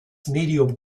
medium